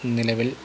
നിലവിൽ